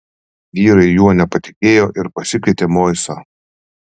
vyrai juo nepatikėjo ir pasikvietė moisą